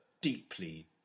deeply